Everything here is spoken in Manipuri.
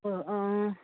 ꯍꯣꯏ ꯑꯥ